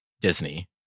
Disney